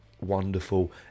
wonderful